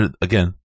again